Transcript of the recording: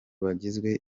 bagizwe